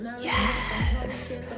yes